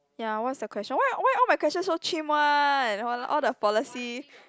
ya what's the question why why all my question so chim one !walao! all the policy